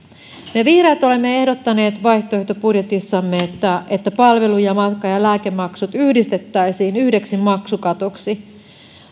me vihreät olemme ehdottaneet vaihtoehtobudjetissamme että että palvelu matka ja lääkemaksut yhdistettäisiin yhdeksi maksukatoksi